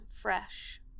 fresh